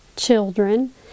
Children